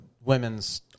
women's